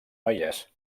noies